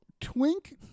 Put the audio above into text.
twink